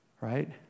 right